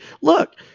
look